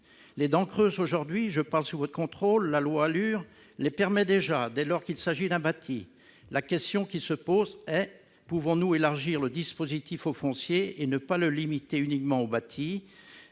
Les dents creuses aujourd'hui, je parle sous votre contrôle, la loi ALUR les permet déjà, dès lors qu'il s'agit d'un bâti. La question qui se pose est : pouvons-nous élargir le dispositif au foncier et ne pas le limiter uniquement au bâti ?